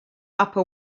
upper